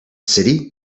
city